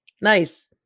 nice